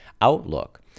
outlook